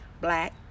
Black